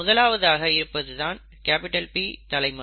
முதலாவதாக இருப்பதுதான் P தலைமுறை